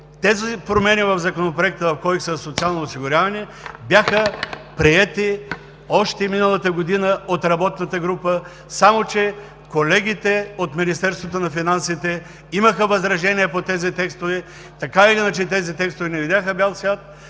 тези промени в Законопроекта в Кодекса за социално осигуряване бяха приети още миналата година от работната група, само че колегите от Министерството на финансите имаха възражения по тези текстове. Така или иначе тези текстове не видяха бял свят